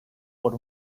por